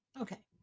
Okay